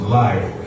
life